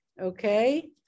Okay